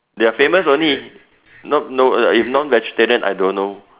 they're famous only no no uh if non vegetarian I don't know